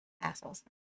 assholes